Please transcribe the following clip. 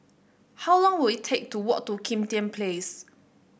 how long will it take to walk to Kim Tian Place